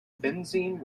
benzene